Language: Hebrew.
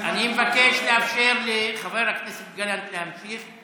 אני מבקש לאפשר לחבר הכנסת גלנט להמשיך.